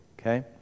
okay